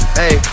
hey